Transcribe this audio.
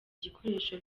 igikoresho